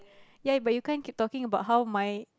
ya but you can't keep talking about how my